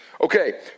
Okay